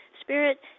Spirit